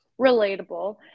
relatable